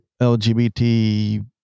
LGBT